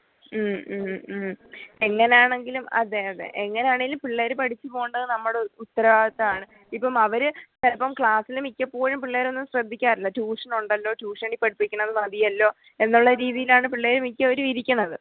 എങ്ങനാണെങ്കിലും അതെ അതെ എങ്ങനാണേലും പിള്ളേർ പഠിച്ച് പോകേണ്ടത് നമ്മുടെ ഉത്തരവാദിത്വമാണ് ഇപ്പം അവർ ചിലപ്പം ക്ലാസിൽ മിക്കപ്പോഴും പിള്ളേരൊന്നും ശ്രദ്ധിക്കാറില്ല ട്യൂഷനുണ്ടല്ലോ ട്യൂഷനിൽ പഠിപ്പിക്കുന്നത് മതിയല്ലോ എന്നുള്ള രീതീലാണ് പിള്ളേർ മിക്കവരും ഇരിക്കണത്